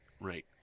right